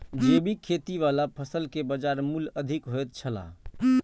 जैविक खेती वाला फसल के बाजार मूल्य अधिक होयत छला